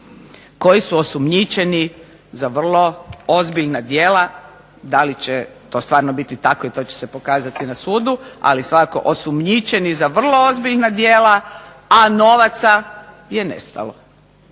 koji su osumnjičeni za vrlo ozbiljna djela, da li će to stvarno biti tako i to će se pokazati na sudu, ali svakako osumnjičeni za vrlo ozbiljna djela, a novaca je nestalo.